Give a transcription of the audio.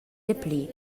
dapli